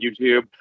YouTube